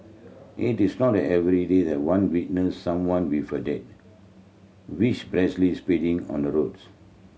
it is not everyday that one witness someone with a dead wish speeding on the roads